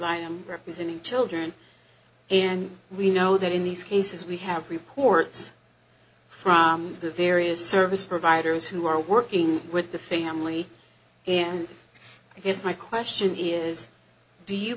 am representing children and we know that in these cases we have reports from the various service providers who are working with the family and i guess my question is do you